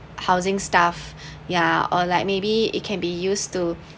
housing stuff ya or like maybe it can be used to